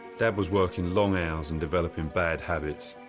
dad was working long hours and developing bad habits.